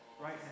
right